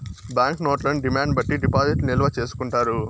bank నోట్లను demand బట్టి డిపాజిట్లు నిల్వ చేసుకుంటారు